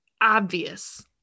obvious